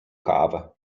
kawę